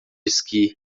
esqui